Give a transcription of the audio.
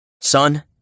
son